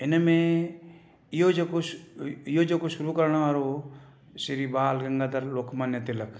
हिन में इहो जेको हुओ जेको शुरू करण वारो हुओ श्री बाल गंगाधर तिलक लोकमान्य तिलक